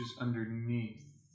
underneath